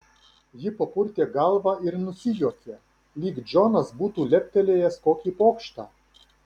ji papurtė galvą ir nusijuokė lyg džonas būtų leptelėjęs kokį pokštą